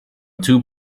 two